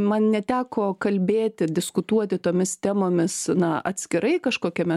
man neteko kalbėti diskutuoti tomis temomis na atskirai kažkokiame aš